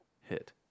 hit